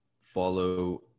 follow